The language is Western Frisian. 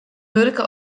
wurke